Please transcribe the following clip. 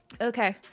Okay